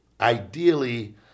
ideally